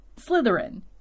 Slytherin